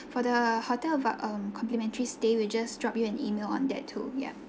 for the hotel about um complimentary stay we'll just drop you an email on that too yeah